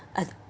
I